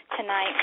tonight